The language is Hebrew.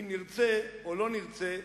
אם נרצה או לא נרצה,